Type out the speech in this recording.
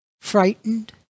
frightened